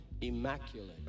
immaculate